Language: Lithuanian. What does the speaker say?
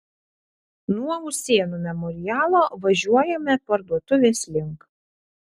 nuo usėnų memorialo važiuojame parduotuvės link